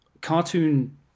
cartoon